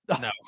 No